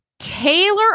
taylor